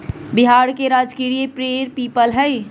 बिहार के राजकीय पेड़ पीपल हई